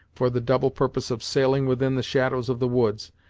for the double purpose of sailing within the shadows of the woods,